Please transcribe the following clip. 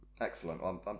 Excellent